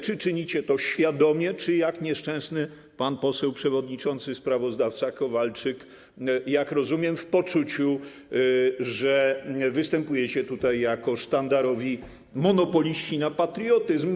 Czy czynicie to świadomie, czy jak nieszczęsny pan poseł przewodniczący, sprawozdawca Kowalczyk, jak rozumiem, w poczuciu, że występujecie tutaj jako sztandarowi monopoliści, jeśli chodzi o patriotyzm?